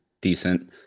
decent